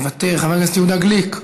מוותר, חבר הכנסת יהודה גליק,